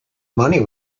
money